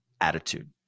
attitude